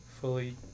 fully